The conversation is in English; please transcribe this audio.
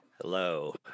Hello